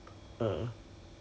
but Viu has a lot of